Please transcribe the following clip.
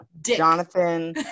Jonathan